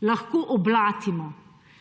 lahko oblatimo